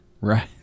Right